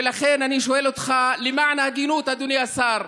ולכן, אני שואל אותך, למען ההגינות, אדוני השר,